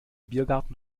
biergarten